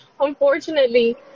unfortunately